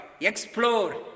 explore